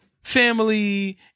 family